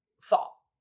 fall